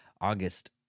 August